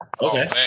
Okay